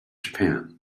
japan